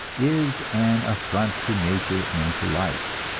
is an affront to nature and to life,